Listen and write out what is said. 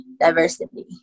diversity